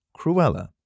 cruella